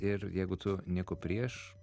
ir jeigu tu nieko prieš